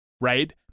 right